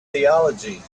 theology